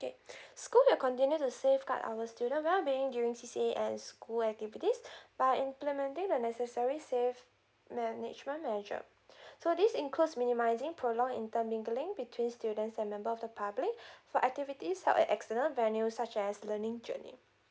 okay school will continue to safeguard our student well being during C_C_A and school activities by implementing the necessary safe management measure so this includes minimising prolong intermingling between students and member of the public for activities held at external venue such as learning journey